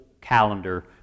calendar